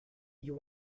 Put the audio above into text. you